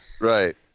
right